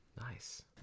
nice